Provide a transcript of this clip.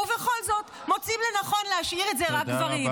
ובכל זאת, מוצאים לנכון להשאיר את זה רק גברים.